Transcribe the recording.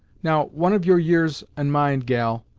now, one of your years and mind, gal,